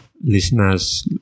listeners